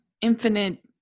infinite